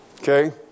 Okay